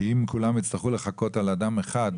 כי אם כולם יצטרכו לחכות על אדם אחד,